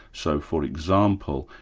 so for example,